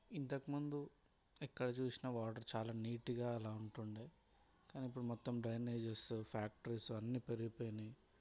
ఇంతకుముందు ఎక్కడ చూసినా వాటర్ చాలా నీట్గా అలా ఉంటుండే కానీ ఇప్పుడు మొత్తం డ్రైనేజీస్ ఫ్యాక్టరీస్ అన్ని పెరిగిపోయినాయి